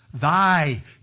thy